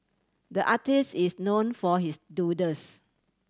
the artist is known for his doodles